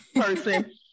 person